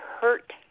hurt